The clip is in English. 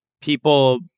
people